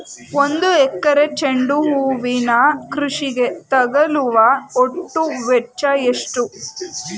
ಒಂದು ಎಕರೆ ಚೆಂಡು ಹೂವಿನ ಕೃಷಿಗೆ ತಗಲುವ ಒಟ್ಟು ವೆಚ್ಚ ಎಷ್ಟು?